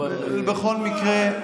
אבל --- בכל מקרה,